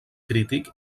crític